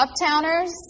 Uptowners